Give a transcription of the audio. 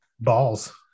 Balls